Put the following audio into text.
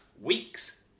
weeks